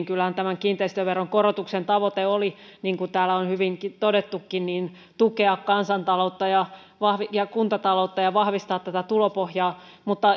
kyllähän tämän kiinteistöveron korotuksen tavoite oli niin kuin täällä on hyvin todettukin tukea kansantaloutta ja kuntataloutta ja vahvistaa tulopohjaa